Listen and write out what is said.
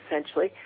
essentially